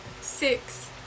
six